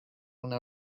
una